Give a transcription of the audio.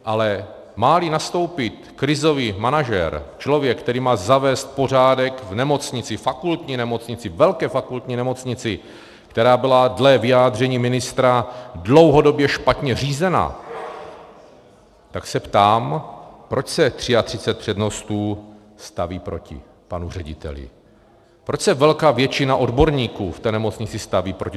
Ale máli nastoupit krizový manažer, člověk, který má zavést pořádek v nemocnici, fakultní nemocnici, velké fakultní nemocnici, která byla dle vyjádření ministra dlouhodobě špatně řízena, tak se ptám, proč se 33 přednostů staví proti panu řediteli, proč se velká většina odborníků v té nemocnici staví proti.